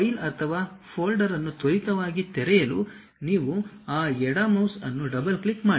file ಅಥವಾ folder ಅನ್ನು ತ್ವರಿತವಾಗಿ ತೆರೆಯಲು ನೀವು ಆ ಎಡ ಮೌಸ್ ಅನ್ನು ಡಬಲ್ ಕ್ಲಿಕ್ ಮಾಡಿ